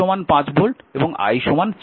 V 5 volt এবং I 4 ampere